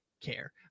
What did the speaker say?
care